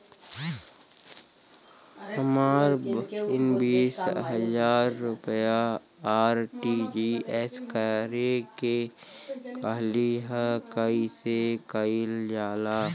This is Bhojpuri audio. हमर बहिन बीस हजार रुपया आर.टी.जी.एस करे के कहली ह कईसे कईल जाला?